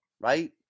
Right